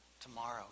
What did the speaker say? tomorrow